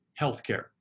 Healthcare